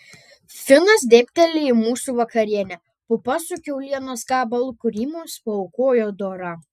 finas dėbteli į mūsų vakarienę pupas su kiaulienos gabalu kurį mums paaukojo dora